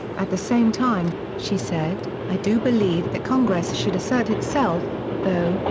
at the same time, she said, i do believe that congress should assert itself, though,